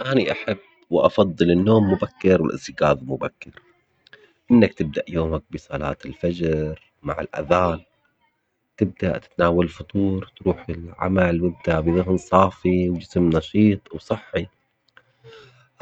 أني أحب وأفضل النوم مبكر والاستيقاظ مبكر، إنك تبدأ يومك بصلاة الفجر مع الأذان تبدأ تتناول فطور تروح العمل وأنت بذهن صافي وجسم نشيط وصحي،